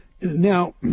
now